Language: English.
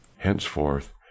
henceforth